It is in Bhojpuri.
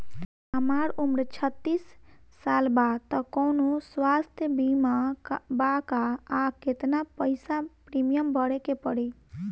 हमार उम्र छत्तिस साल बा त कौनों स्वास्थ्य बीमा बा का आ केतना पईसा प्रीमियम भरे के पड़ी?